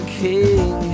king